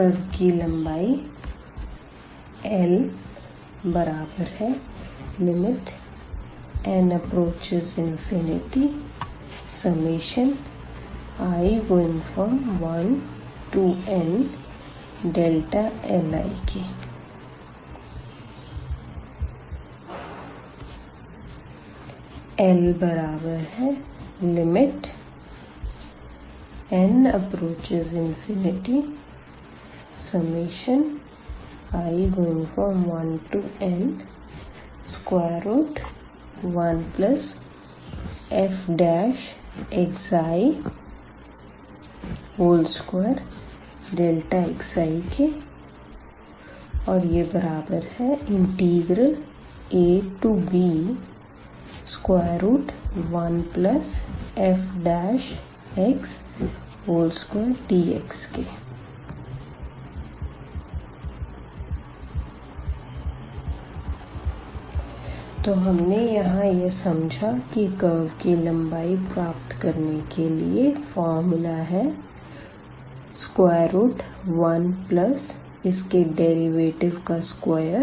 curve की लम्बाई Ln→∞i1nli Ln→∞i1n1fi2xi ab1fx2dx तो हमने यहाँ यह समझा है के कर्व की लम्बाई प्राप्त करने के लिए फार्मूला है स्क्वायर रूट 1 जमा इसके डेरिवेटिव का स्क्वायर